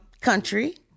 country